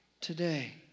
today